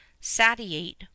satiate